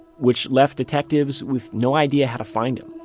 which left detectives with no idea how to find him